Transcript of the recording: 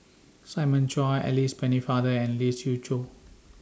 Simon Chua Alice Pennefather and Lee Siew Choh